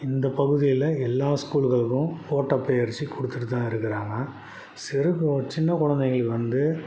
இந்தப் பகுதியில் எல்லா ஸ்கூலுகளுக்கும் ஓட்டப்பயிற்சி கொடுத்துட்டு தான் இருக்கறாங்க சிறு இப்போ சின்னக் குலந்தைங்களுக்கு வந்து